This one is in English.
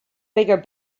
bigger